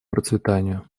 процветанию